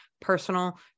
personal